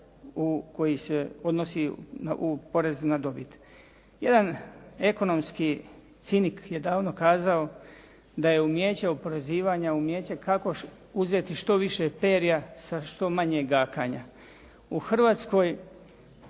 koji se odnosi u porezu na dobit. Jedan ekonomski cinik je davno kazao da je umijeće oporezivanja umijeće kako uzeti što više perja sa što manje gakanja. U Hrvatskoj